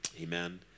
amen